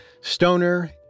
Stoner